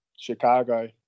Chicago